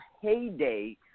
heyday